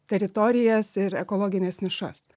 teritorijas ir ekologines nišas